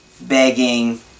begging